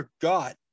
forgot